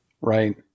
Right